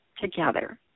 together